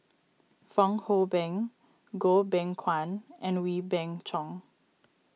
Fong Hoe Beng Goh Beng Kwan and Wee Beng Chong